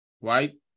Right